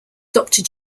doctor